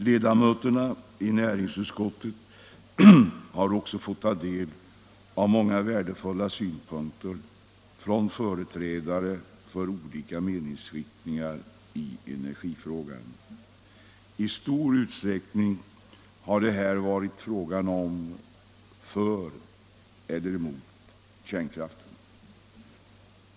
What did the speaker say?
Ledamöterna i näringsutskottet har också fått ta del av många värdefulla synpunkter från företrädare för olika meningsriktningar i energifrågan. I stor utsträckning har det här varit fråga om för eller emot kärnkraften.